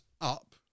up